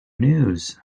news